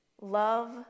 Love